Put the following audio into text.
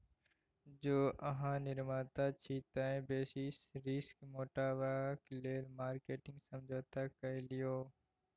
जौं अहाँ निर्माता छी तए बेसिस रिस्क मेटेबाक लेल मार्केटिंग समझौता कए लियौ